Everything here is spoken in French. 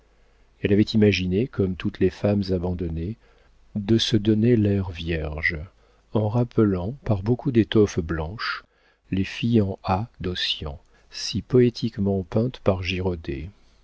elle avait imaginé comme toutes les femmes abandonnées de se donner l'air vierge en rappelant par beaucoup d'étoffes blanches les filles en a d'ossian si poétiquement peintes par girodet